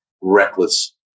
reckless